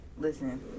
Listen